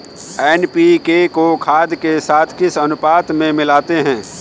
NPK को खाद के साथ किस अनुपात में मिलाते हैं?